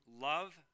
love